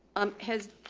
um, has,